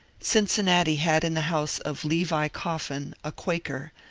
cincinnati had in the house of levi coffin, a quaker,